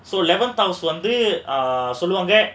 so eleven house வந்து:vandhu ah சொல்வாங்க:solvaanga